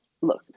look